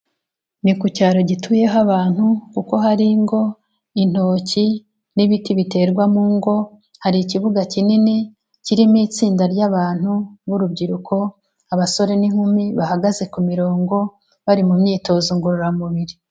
Ni ku cyaro gituyeho abantu, kuko hari ingo, intoki n'ibiti biterwa mu ngo, hari ikibuga kinini kirimo itsinda ry'abantu b'urubyiruko, abasore n'inkumi bahagaze ku mirongo, bari mu myitozo ngororamubiri.